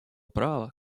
права